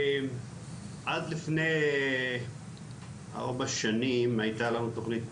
עד לפני ארבע שנים הייתה לנו תוכנית